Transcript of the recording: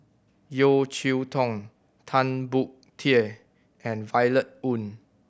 Yeo Cheow Tong Tan Boon Teik and Violet Oon